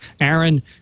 Aaron